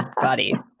body